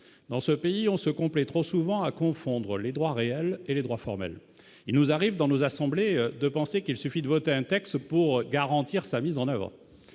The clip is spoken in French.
dans ce pays on se complaît trop souvent à confondre les droits réels et les droits formels, il nous arrive dans nos assemblées de penser qu'il suffit de voter un texte pour garantir sa mise en avant,